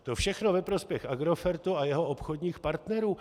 To všechno ve prospěch Agrofertu a jeho obchodních partnerů.